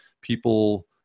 people